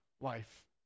life